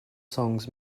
songs